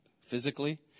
physically